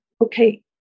okay